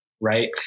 right